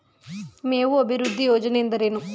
ಮೇವು ಅಭಿವೃದ್ಧಿ ಯೋಜನೆ ಎಂದರೇನು?